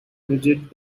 visit